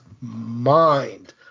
mind